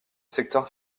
secteur